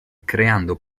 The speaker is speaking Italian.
creando